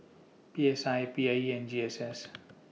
P S I P I E and G S S